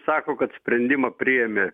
sako kad sprendimą priėmė